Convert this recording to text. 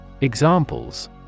Examples